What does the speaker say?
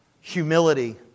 Humility